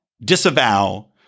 disavow